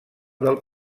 del